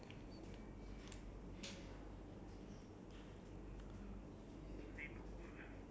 um what is the hardest thing that you have to say no to